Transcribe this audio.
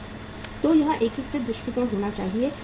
तो यह एकीकृत दृष्टिकोण होना चाहिए